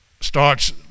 starts